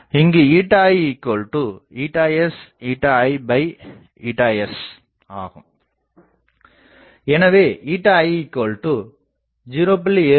இங்கு ηi ηs ηi ηs ஆகும் எனவே ηi 0